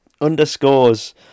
underscores